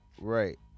Right